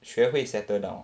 学会 settle down